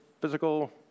physical